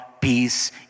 peace